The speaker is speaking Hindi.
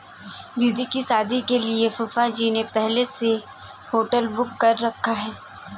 दीदी की शादी के लिए फूफाजी ने पहले से होटल बुक कर रखा है